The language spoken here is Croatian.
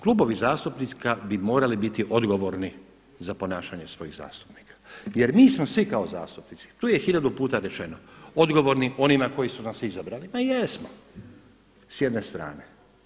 Klubovi zastupnika bi morali biti odgovorni za ponašanje svojih zastupnika jer mi smo svi kao zastupnici, tu je hiljadu puta rečeno odgovorni onima koji su nas izabrali, ma jesmo, s jedne strane.